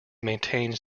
maintains